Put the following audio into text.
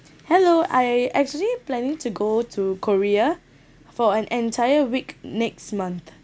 hello I actually planning to go to korea for an entire week next month